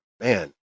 Man